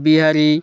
Bihari